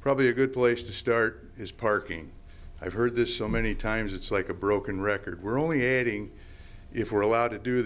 probably a good place to start is parking i've heard this so many times it's like a broken record we're only airing if we're allowed to do